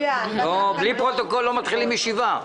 בלי פרוטוקול לא מתחילים ישיבה.